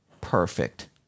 perfect